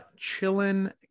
Chillin